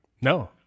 No